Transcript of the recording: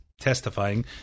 testifying